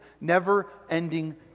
never-ending